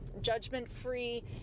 judgment-free